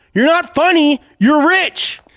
you're not funny. you're rich.